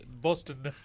Boston